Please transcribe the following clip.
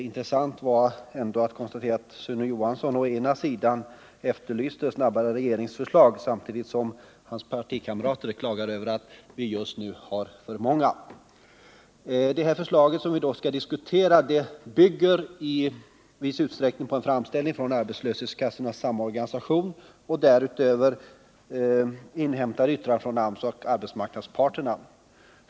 Intressant var ändå att konstatera att Sune Johansson efterlyste snabbare regeringsförslag, samtidigt som hans partikamrater klagar över att vi just nu har för många. Det förslag som vi nu skall diskutera bygger i viss utsträckning på en framställning från arbetslöshetskassornas samorganisation och däröver inhämtade yttranden från AMS och arbetsmarknadsparterna.